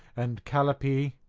and calapee.